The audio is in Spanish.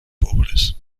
pobres